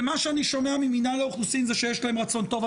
ומה שאני שומע ממנהל האוכלוסין זה שיש להם רצון טוב,